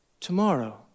tomorrow